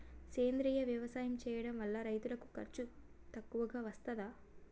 సేంద్రీయ వ్యవసాయం చేయడం వల్ల రైతులకు ఖర్చు తక్కువగా వస్తదా?